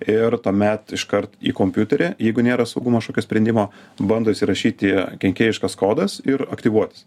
ir tuomet iškart į kompiuterį jeigu nėra saugumo sprendimo bando įsirašyti kenkėjiškas kodas ir aktyvuotis